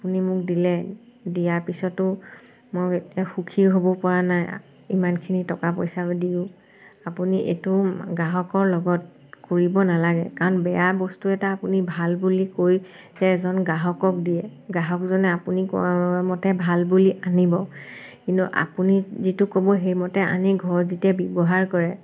আপুনি মোক দিলে দিয়াৰ পিছতো মই এতিয়া সুখী হ'ব পৰা নাই ইমানখিনি টকা পইচাও দিও আপুনি এইটো গ্ৰাহকৰ লগত কৰিব নেলাগে কাৰণ বেয়া বস্তু এটা ভাল বুলি কৈ যে এজন গ্ৰাহকক দিয়ে গ্ৰাহকজনে আপুনি কোৱা মতে ভাল বুলি আনিব কিন্তু আপুনি যিটো ক'ব সেইমতে আনি ঘৰত যেতিয়া ব্যৱহাৰ কৰে